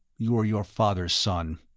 you're your father's son.